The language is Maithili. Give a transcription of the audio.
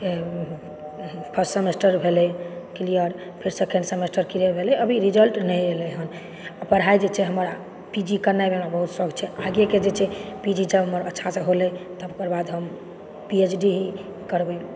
फर्स्ट सेमेस्टर भेलै क्लियर फेर सेकेन्ड सेमेस्टर क्लियर भेलै अभी रिजल्ट नहि एलै हँ पढ़ाई जे छै हमरा पीजी करनाइ हमरा बहुत शौक छै आगे के जे छै पीजी जँ हमर अच्छा से होलइ तकर बाद हम पीएचडी करबै